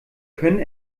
können